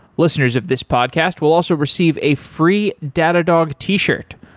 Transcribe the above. listeners of this podcast will also receive a free datadog t-shirt.